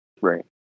Right